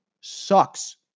sucks